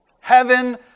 Heaven